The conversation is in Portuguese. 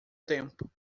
tempo